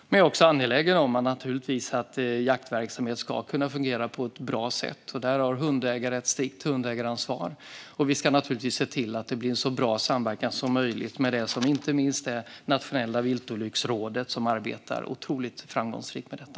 Men jag är förstås också angelägen om att jaktverksamhet ska kunna fungera på ett bra sätt. Där har hundägare ett strikt hundägaransvar, och vi ska naturligtvis se till att det blir en så bra samverkan som möjligt inte minst med Nationella Viltolycksrådet, som arbetar otroligt framgångsrikt med detta.